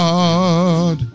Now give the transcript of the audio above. God